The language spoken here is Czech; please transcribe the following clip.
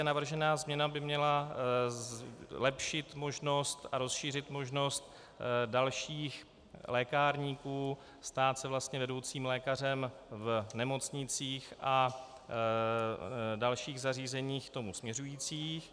Navržená změna by měla zlepšit možnost a rozšířit možnost dalších lékárníků stát se vlastně vedoucím lékařem v nemocnicích a dalších zařízeních k tomu směřujících.